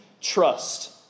trust